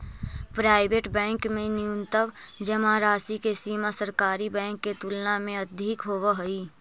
private bank में न्यूनतम जमा राशि के सीमा सरकारी बैंक के तुलना में अधिक होवऽ हइ